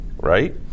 right